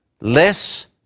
less